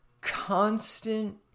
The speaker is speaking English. constant